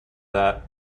that